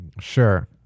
Sure